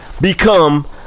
become